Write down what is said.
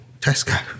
tesco